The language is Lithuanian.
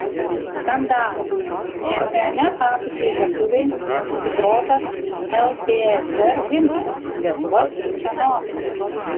skandalas čempione tapusiai lietuvei sugrotas ltsr himnas lietuva siunčia notą